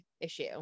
issue